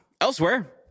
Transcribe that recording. Elsewhere